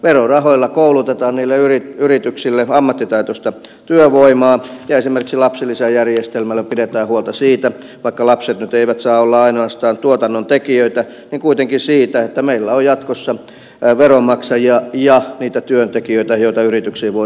verorahoilla koulutetaan niille yrityksille ammattitaitoista työvoimaa ja esimerkiksi lapsilisäjärjestelmällä pidetään kuitenkin huolta vaikka lapset nyt eivät saa olla ainoastaan tuotannon tekijöitä siitä että meillä on jatkossa veronmaksajia ja niitä työntekijöitä joita yrityksiin voidaan palkata